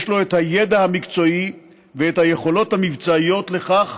לו את הידע המקצועי ואת היכולות המבצעיות לכך